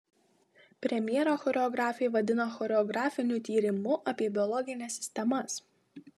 premjerą choreografė vadina choreografiniu tyrimu apie biologines sistemas